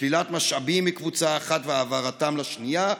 שלילת משאבים מקבוצה אחת והעברתם לשנייה,